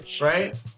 right